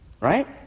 Right